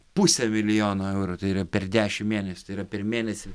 pusę milijono eurų tai yra per dešimt mėnesių tai yra per mėnesį